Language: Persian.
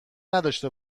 نداشته